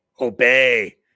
Obey